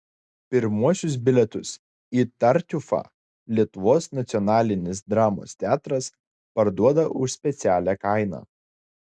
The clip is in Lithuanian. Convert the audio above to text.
pirmuosius bilietus į tartiufą lietuvos nacionalinis dramos teatras parduoda už specialią kainą